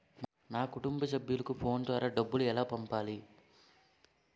నా కుటుంబ సభ్యులకు ఫోన్ ద్వారా డబ్బులు ఎలా పంపించాలి?